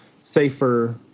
safer